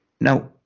now